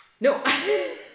No